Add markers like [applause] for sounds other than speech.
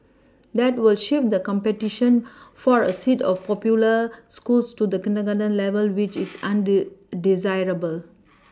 that will shift the competition [noise] for a seat of popular schools to the kindergarten level which is [noise] on due desirable [noise]